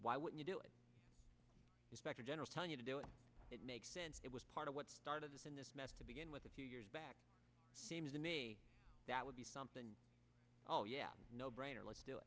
why would you do it the specter general telling you to do it it makes sense it was part of what started this in this mess to begin with a few years back seems to me that would be something oh yeah no brainer let's do